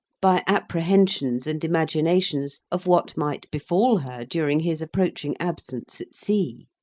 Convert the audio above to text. by apprehensions and imaginations of what might befall her during his approaching absence at sea.